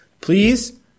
Please